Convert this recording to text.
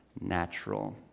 natural